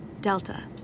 Delta